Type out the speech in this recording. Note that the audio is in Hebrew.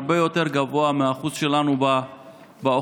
הרבה יותר גבוה מהאחוז שלנו באוכלוסייה,